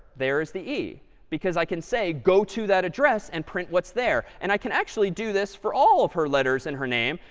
there is the e because i can say, go to that address and print what's there. and i can actually do this for all of her letters in her name.